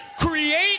create